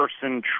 person